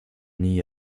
nie